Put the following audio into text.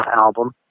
album